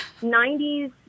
90s